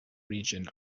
region